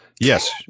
Yes